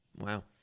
Wow